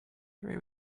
three